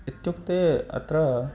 इत्युक्ते अत्र